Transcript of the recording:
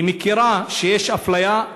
היא מכירה בזה שיש אפליה,